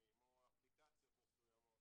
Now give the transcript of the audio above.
מסוימים או אפליקציות מסוימות